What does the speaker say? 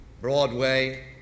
Broadway